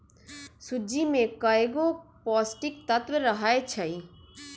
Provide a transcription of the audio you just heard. सूज्ज़ी में कएगो पौष्टिक तत्त्व रहै छइ